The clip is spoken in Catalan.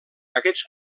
aquests